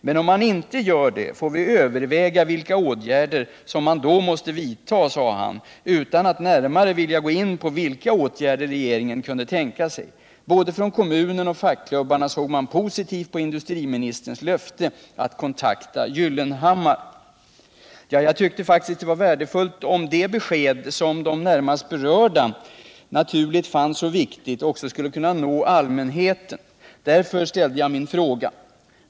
—- Men om man inte gör det får vi överväga vilka åtgärder som man då måste vidta, sade han utan att närmare vilja gå in på vilka åtgärder regeringen kunde tänka sig. Både från kommunen och fackklubbarna såg man positivt på industriministerns löfte att kontakta Gyllenhammar.” Jag tyckte att det var värdefullt om det besked som de närmast berörda helt naturligt fann så viktigt också skulle kunna nå allmänheten, och därför ställde jag min fråga.